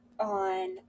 on